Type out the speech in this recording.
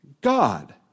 God